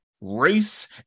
race